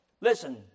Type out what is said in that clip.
listen